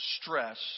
stress